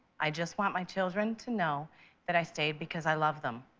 i just want my children to know that i stayed because i love them.